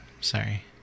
Sorry